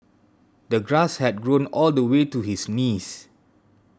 the grass had grown all the way to his knees